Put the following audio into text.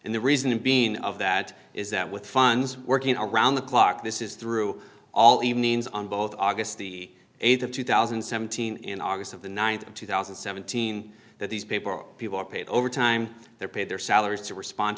and the reason being of that is that with funds working around the clock this is through all the means on both august the th of two thousand and seventeen in august of the th of two thousand and seventeen that these people people are paid overtime their pay their salaries to respond